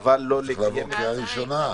אפשר להביא לקריאה ראשונה.